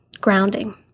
grounding